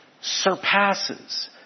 surpasses